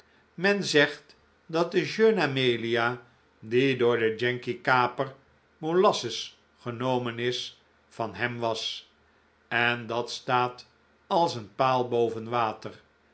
men zegt dat de jeune amelia die door de yankee kaper molasses genomen is van hem was en dat staat als een paal